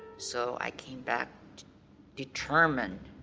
so i came back determined